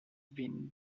been